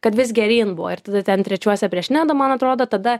kad vis geryn buvo ir tada ten trečiuose prieš nedą man atrodo tada